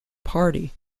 party